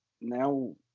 now